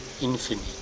infinite